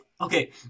okay